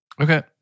Okay